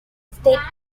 state